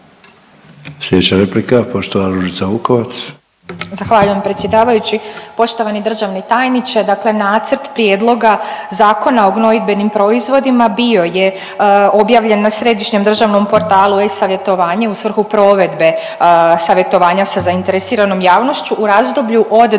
Ružica Vukovac. **Vukovac, Ružica (Nezavisni)** Zahvaljujem predsjedavajući. Poštovani državni tajniče dakle Nacrt prijedloga Zakona o gnojidbenim proizvodima bio je objavljen na središnjem državnom portalu e-savjetovanje u svrhu provedbe savjetovanja sa zainteresiranom javnošću u razdoblju od